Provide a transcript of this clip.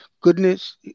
goodness